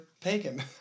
pagan